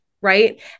Right